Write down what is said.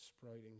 sprouting